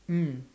mm